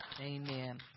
Amen